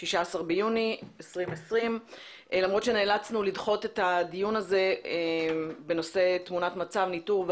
היום 16 ביוני 2020. נאלצנו לדחות את הדיון בנושא תמונת מצב ניטור,